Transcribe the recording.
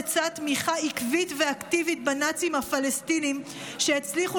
לצד תמיכה עקבית ואקטיבית בנאצים הפלסטינים שהצליחו